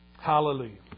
Hallelujah